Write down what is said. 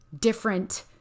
different